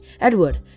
Edward